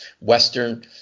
western